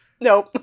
nope